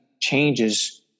changes